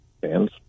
fans